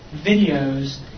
videos